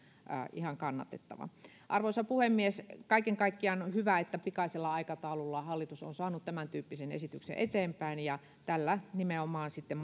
ihan kannatettava arvoisa puhemies kaiken kaikkiaan on hyvä että pikaisella aikataululla hallitus on saanut tämäntyyppisen esityksen eteenpäin ja tällä nimenomaan sitten